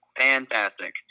fantastic